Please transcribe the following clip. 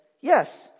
yes